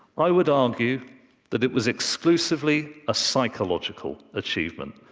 i would argue that it was exclusively a psychological achievement.